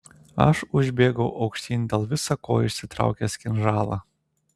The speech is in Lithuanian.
aš užbėgau aukštyn dėl visa ko išsitraukęs kinžalą